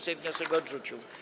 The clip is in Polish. Sejm wniosek odrzucił.